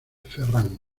ferran